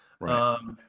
Right